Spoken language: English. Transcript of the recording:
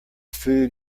food